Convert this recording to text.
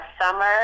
summer